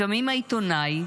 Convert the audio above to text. לפעמים העיתונאי.